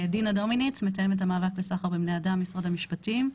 אני מתאמת המאבק לסחר בבני אדם משרד המשפטים.